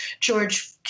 George